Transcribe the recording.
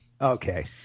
Okay